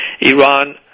Iran